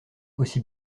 aussi